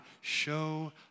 show